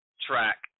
track